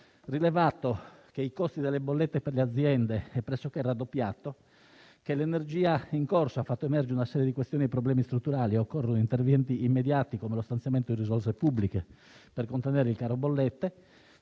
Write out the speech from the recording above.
Inoltre, il costo delle bollette per le aziende è pressoché raddoppiato e la situazione energetica in corso ha fatto emergere una serie di questioni e problemi strutturali, per cui occorrono interventi immediati, come lo stanziamento di risorse pubbliche per contenere il caro bollette.